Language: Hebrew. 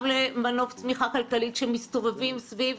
גם למנוף צמיחה כלכלי שמסתובב סביב